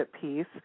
piece